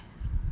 cerita apa eh